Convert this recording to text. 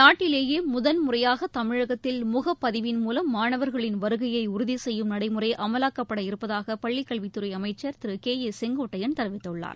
நாட்டிலேயே முதல் முறையாக தமிழகத்தில் முகப்பதிவின் மூலம் மாணவர்களின் வருகையை செய்யும் நடைமுறை அமலாக்கப்பட இருப்பதாக பள்ளிக்கல்வித்துறை அமைச்சர் கே ஏ உறுதி செங்கோட்டையன் தெரிவித்துள்ளார்